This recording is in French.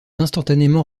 instantanément